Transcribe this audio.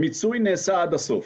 המיצוי נעשה עד הסוף,